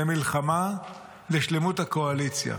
ומלחמה על שלמות הקואליציה.